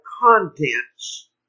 contents